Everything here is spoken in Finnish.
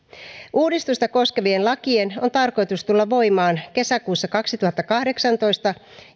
uudistusta koskevien lakien on tarkoitus tulla voimaan kesäkuussa kaksituhattakahdeksantoista